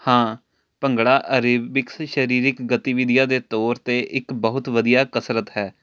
ਹਾਂ ਭੰਗੜਾ ਅਰੇਬਿਕਸ ਸਰੀਰਿਕ ਗਤੀਵਿਧੀਆਂ ਦੇ ਤੌਰ 'ਤੇ ਇੱਕ ਬਹੁਤ ਵਧੀਆ ਕਸਰਤ ਹੈ